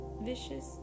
vicious